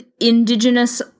indigenous